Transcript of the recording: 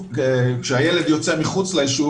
כשהילד יוצא מחוץ ליישוב,